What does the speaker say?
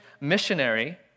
missionary